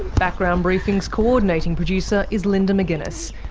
background briefing's co-ordinating producer is linda mcginness,